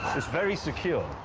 it's very secure.